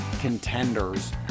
contenders